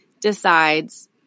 decides